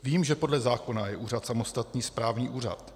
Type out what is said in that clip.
Vím, že podle zákona je úřad samostatný správní úřad.